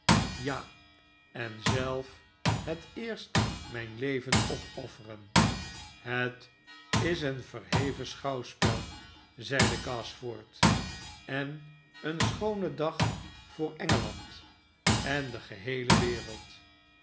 ja en zelf het eerst mijn leven opofferen het is een verheven schouwspel zeide gashford pen een schoone dag voor en g eland en de geheele wereld